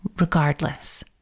regardless